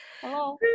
Hello